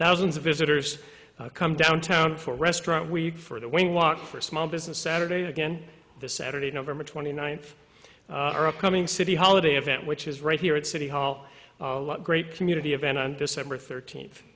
thousands of visitors come downtown for restaurant week for the walk for small business saturday again this saturday november twenty ninth or upcoming city holiday event which is right here at city hall a lot great community event on december thirteenth